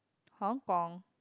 Hong-Kong